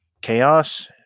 chaos